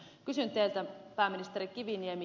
kysyn teiltä pääministeri kiviniemi